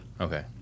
Okay